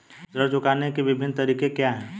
ऋण चुकाने के विभिन्न तरीके क्या हैं?